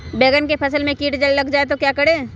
बैंगन की फसल में कीट लग जाए तो क्या करें?